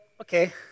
okay